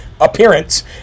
appearance